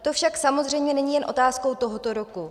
To však samozřejmě není jen otázkou tohoto roku.